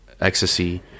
ecstasy